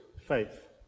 faith